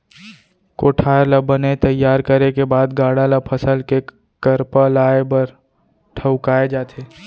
कोठार ल बने तइयार करे के बाद गाड़ा ल फसल के करपा लाए बर ठउकाए जाथे